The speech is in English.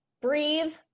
Breathe